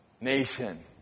nation